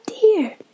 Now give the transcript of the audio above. dear